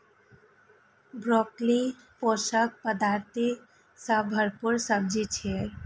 broccoli पोषक पदार्थ सं भरपूर सब्जी छियै